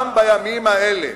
גם בימים האלה,